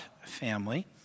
family